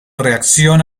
reacción